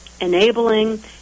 enabling